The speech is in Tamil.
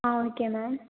ah okay ma'am